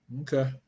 Okay